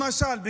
למשל,